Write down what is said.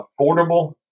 affordable